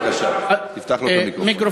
כשאתה מנכה את הגז, אז תיקחו את הערבים והחרדים